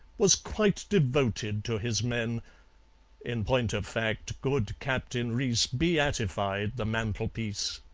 was quite devoted to his men in point of fact, good captain reece beatified the mantelpiece.